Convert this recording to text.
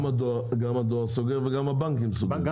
גם הדואר סוגר וגם הבנקים סוגרים.